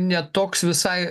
ne toks visai